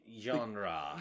Genre